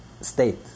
state